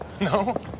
No